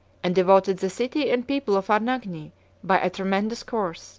and devoted the city and people of anagni by a tremendous curse,